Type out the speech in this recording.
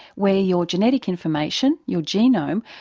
where your genetic information, your genome,